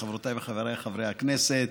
חברותיי וחבריי חברי הכנסת,